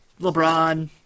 LeBron